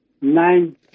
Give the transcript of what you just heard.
nine